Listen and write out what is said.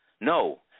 no